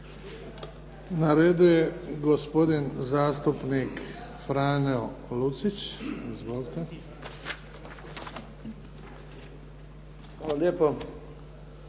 Na redu je gospodin zastupnik Franjo Lucić. Izvolite. **Lucić,